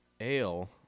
ale